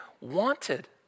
wanted